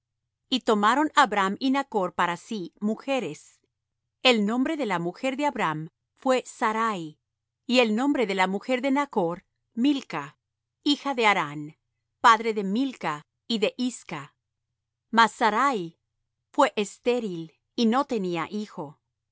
y tomaron abram y nachr para sí mujeres el nombre de la mujer de abram fué sarai y el nombre de la mujer de nachr milca hija de harán padre de milca y de isca mas sarai fué esteril y no tenía hijo